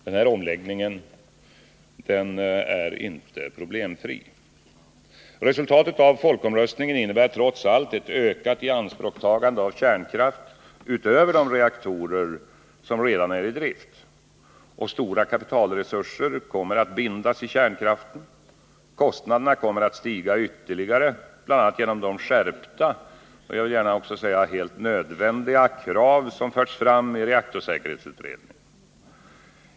Men denna omläggning är inte problemfri. Resultatet av folkomröstningen innebär trots allt ett ökat ianspråktagande av kärnkraft utöver de reaktorer som redan är i drift. Stora kapitalresurser kommer att bindas i kärnkraften. Kostnaderna kommer att stiga ytterligare, bl.a. genom de skärpta och jag vill gärna säga nödvändiga krav som förts fram av reaktorsäkerhetsutredningen.